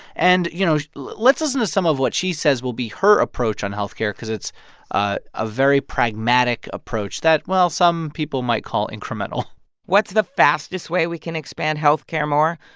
and, you know, let's listen to some of what she says will be her approach on health care because it's a ah very pragmatic approach that, well, some people might call incremental what's the fastest way we can expand health care more?